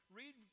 read